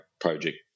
project